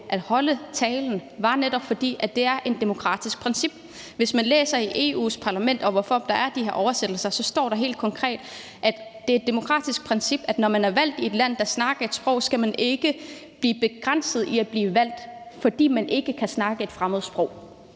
at holde talen er netop, at det er et demokratisk princip. Hvis man læser i EU's parlaments begrundelse for, hvorfor der er de her oversættelser, står der helt konkret, at det er et demokratisk princip, at man, når man er valgt i et land, der snakker et sprog, ikke skal blive begrænset i at blive valgt, fordi man ikke kan snakke et fremmedsprog.